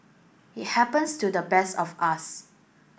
it happens to the best of us